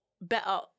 better